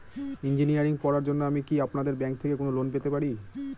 Engineering পড়ার জন্য আমি কি আপনাদের ব্যাঙ্ক থেকে কোন লোন পেতে পারি?